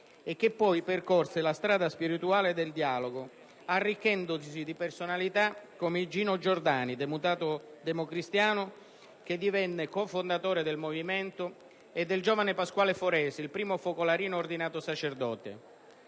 e che poi percorse la strada spirituale del dialogo, arricchendosi di personalità come Igino Giordani, deputato democristiano che divenne cofondatore del Movimento, e del giovane Pasquale Foresi, il primo focolarino ordinato sacerdote.